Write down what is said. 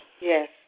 Yes